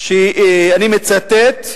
ואני מצטט: